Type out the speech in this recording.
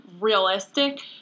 realistic